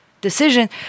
decision